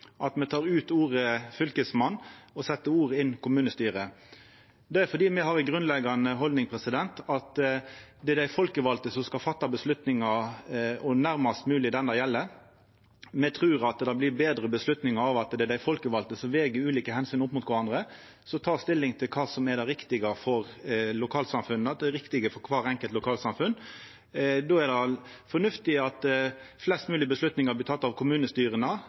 at me tek ut ordet «fylkesmann» og set inn ordet «kommunestyre». Det er fordi me har den grunnleggjande haldninga at det er dei folkevalde som skal ta avgjerder, og nærmast mogleg den det gjeld. Me trur at det blir betre avgjerder av at det er dei folkevalde som veg ulike omsyn opp mot kvarandre og tek stilling til kva som er det riktige for kvart enkelt lokalsamfunn. Då er det fornuftig at flest moglege avgjerder blir tekne av kommunestyra,